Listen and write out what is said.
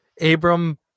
Abram